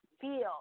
feel